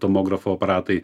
tomografo aparatai